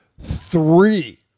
three